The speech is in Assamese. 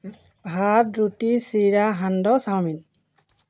ভাত ৰুটি চিৰা সান্দহ চাওমিন